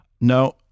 No